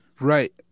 Right